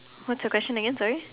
what's the question again sorry